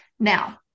Now